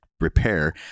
repair